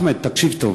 אחמד, תקשיב טוב